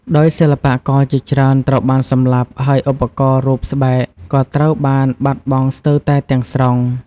ដោយសិល្បករជាច្រើនត្រូវបានសម្លាប់ ហើយឧបករណ៍ រូបស្បែក ក៏ត្រូវបានបាត់បង់ស្ទើរតែទាំងស្រុង។